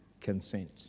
consent